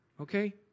okay